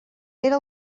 era